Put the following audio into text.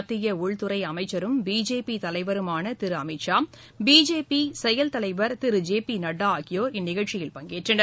மததியஉள்துறைஅமைச்சரும் பிஜேபிதலைவருமானதிருஅமித்ஷா பிஜேபி செயல் தலைவர் திரு ஜே பிநட்டாஆகியோர் நிகழ்ச்சியில் பங்கேற்றனர்